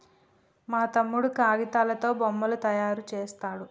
మా తమ్ముడు కాగితాలతో బొమ్మలు తయారు చేస్తాడు